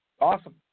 Awesome